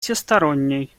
всесторонней